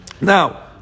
Now